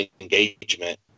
engagement